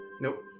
Nope